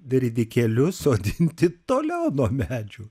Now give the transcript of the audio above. ridikėlius sodinti toliau nuo medžių